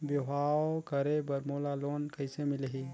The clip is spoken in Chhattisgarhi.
बिहाव करे बर मोला लोन कइसे मिलही?